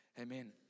Amen